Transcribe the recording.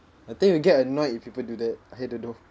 I think we get annoyed if people do that I don't know